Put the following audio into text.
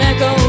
Echo